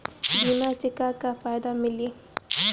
बीमा से का का फायदा मिली?